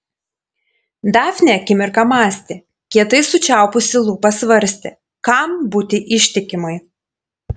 dafnė akimirką mąstė kietai sučiaupusi lūpas svarstė kam būti ištikimai